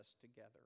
together